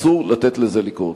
אסור לתת לזה לקרות.